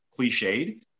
cliched